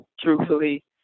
truthfully